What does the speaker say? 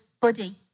buddy